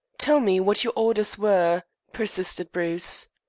tell me what your orders were, persisted bruce.